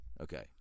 Okay